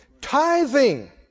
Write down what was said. Tithing